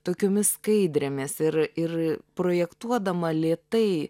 tokiomis skaidrėmis ir ir projektuodama lėtai